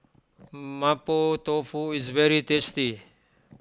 Mapo Tofu is very tasty